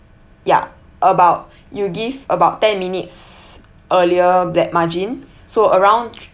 ya about you give about ten minutes earlier black margin so around